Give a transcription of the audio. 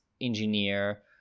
engineer